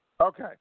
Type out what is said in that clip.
Okay